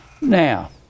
Now